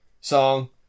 Song